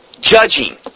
judging